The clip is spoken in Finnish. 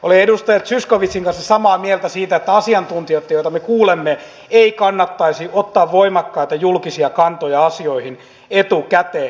olen edustaja zyskowiczin kanssa samaa mieltä siitä että asiantuntijoitten joita me kuulemme ei kannattaisi ottaa voimakkaita julkisia kantoja asioihin etukäteen